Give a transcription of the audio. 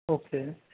okay